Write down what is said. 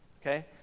Okay